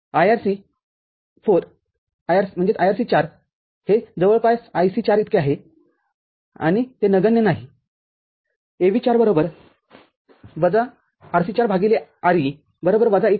IRC4 ≈ IC4 NOT नगण्य AV४ Rc४ Re १